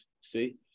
see